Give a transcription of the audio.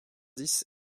dix